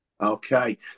okay